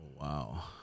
Wow